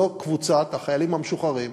שזאת קבוצת החיילים המשוחררים.